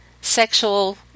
sexual